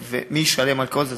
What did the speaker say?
ומי ישלם על כל זה.